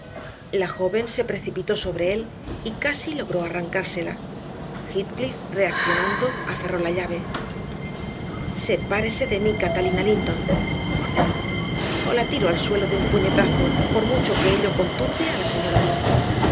la joven se precipitó sobre él y casi logró arrancársela heathcliff reaccionando aferró la llave sepárese de mí catalina linton ordenó o la tiro al suelo de un puñetazo por mucho que ello conturbe a la señora